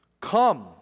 Come